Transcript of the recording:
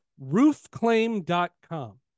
roofclaim.com